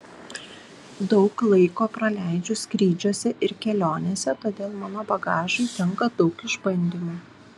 daug laiko praleidžiu skrydžiuose ir kelionėse todėl mano bagažui tenka daug išbandymų